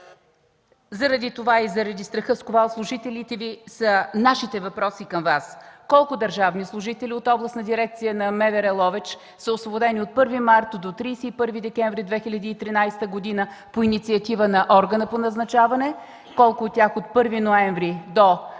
Заради това и заради страха, сковал служителите Ви, са нашите въпроси към Вас: Колко държавни служители от Областна дирекция на МВР – Ловеч, са освободени от 1 март до 31 декември 2013 г. по инициатива на органа по назначаване? Колко от тях – от 1 ноември до днешна